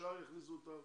ישר יכניסו אותם